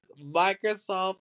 Microsoft